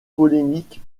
polémique